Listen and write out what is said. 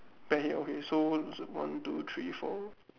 bet here okay so one two three four